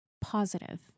positive